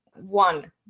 one